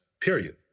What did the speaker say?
Period